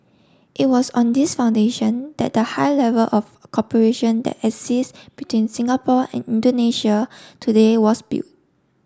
it was on this foundation that the high level of cooperation that exists between Singapore and Indonesia today was built